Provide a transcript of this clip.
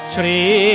Shri